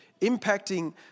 impacting